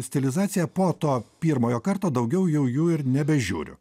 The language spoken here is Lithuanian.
stilizaciją po to pirmojo karto daugiau jau jų ir nebežiūriu